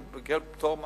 שיקבל פטור ממע"מ,